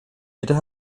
wieder